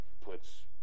puts